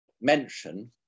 mention